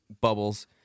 bubbles